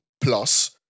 plus